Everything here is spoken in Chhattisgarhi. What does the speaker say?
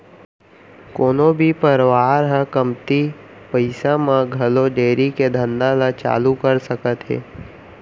कोनो भी परवार ह कमती पइसा म घलौ डेयरी के धंधा ल चालू कर सकत हे